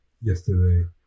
yesterday